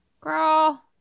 Girl